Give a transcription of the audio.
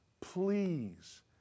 please